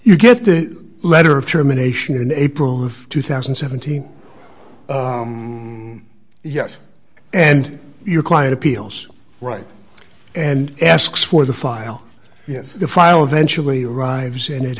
you get the letter of termination in april of two thousand and seventeen yes and your client appeals right and asks for the file yes the file eventually arrives and it